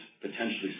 potentially